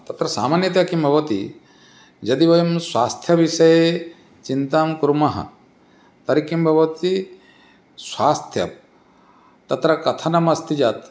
तत्र सामान्यतया किं भवति यदि वयं स्वास्थ्यविषये चिन्तां कुर्मः तर्हि किं भवति स्वास्थ्यं तत्र कथनमस्ति यत्